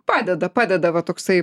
padeda padeda va toksai